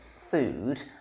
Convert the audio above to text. food